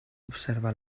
observar